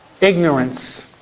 ignorance